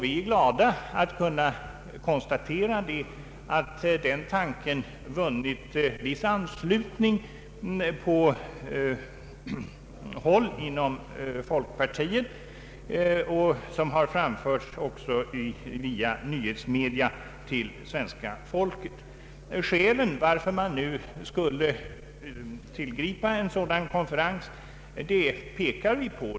Vi är glada att kunna konstatera att den tanken vunnit anslutning på vissa håll inom folkpartiet, vilket också har framförts till svenska folket via nyhetsmedia. Skälen till att man borde anordna en sådan konferens pekar vi på.